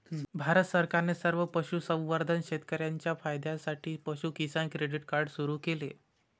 भारत सरकारने सर्व पशुसंवर्धन शेतकर्यांच्या फायद्यासाठी पशु किसान क्रेडिट कार्ड सुरू केले